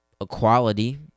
equality